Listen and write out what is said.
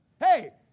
Hey